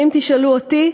ואם תשאלו אותי,